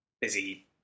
busy